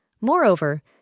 Moreover